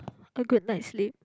a good night's sleep